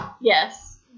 Yes